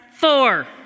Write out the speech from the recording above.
Four